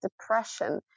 depression